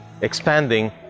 expanding